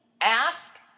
ask